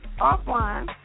offline